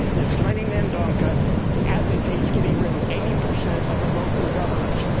there's lenny mendonka advocates getting rid of eighty percent of the local governments.